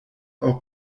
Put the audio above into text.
auch